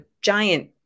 giant